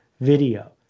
video